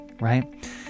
right